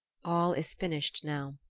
all is finished now.